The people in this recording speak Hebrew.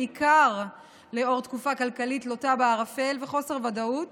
בעיקר לנוכח תקופה כלכלית לוטה בערפל וחוסר ודאות